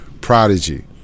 prodigy